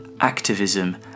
activism